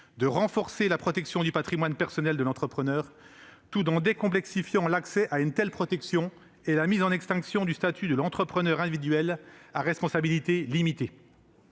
de renforcer la protection du patrimoine personnel de l'entrepreneur tout en décomplexifiant l'accès à une telle protection, d'une part, et de mettre en extinction le statut de l'entrepreneur individuel à responsabilité limitée,